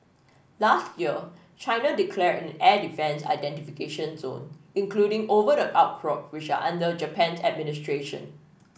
last year China declared an air defence identification zone including over the outcrop which are under Japan's administration